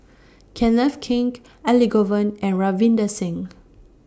Kenneth Keng Elangovan and Ravinder Singh